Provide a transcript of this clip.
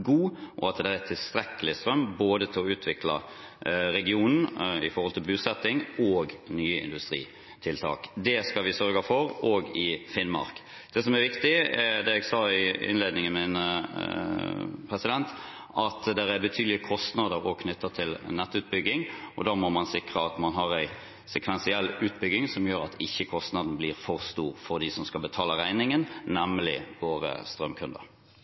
god, og at det er tilstrekkelig strøm til å utvikle regionen både i forhold til bosetting og nye industritiltak. Det skal vi sørge for også i Finnmark. Det som er viktig, er det jeg sa i innledningen min, at det er betydelige kostnader også knyttet til nettutbygging, og da må man sikre at man har en sekvensiell utbygging som gjør at ikke kostnaden blir for stor for dem som skal betale regningen, nemlig våre strømkunder.